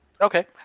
Okay